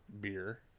beer